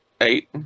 Eight